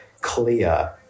clear